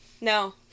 No